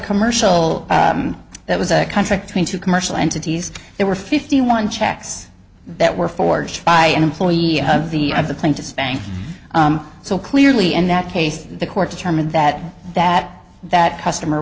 commercial that was a contract between two commercial entities there were fifty one checks that were forged by an employee of the of the plane to spank so clearly in that case the court determined that that that customer